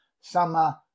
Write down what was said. Summer